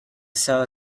cell